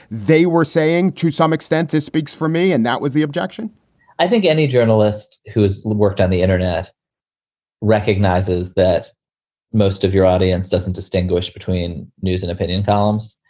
they were saying, to some extent, this speaks for me. and that was the objection i think any journalist who has worked on the internet recognizes that most of your audience doesn't distinguish between news and opinion columns,